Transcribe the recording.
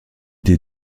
des